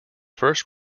first